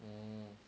ugh